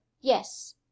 yes